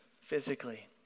physically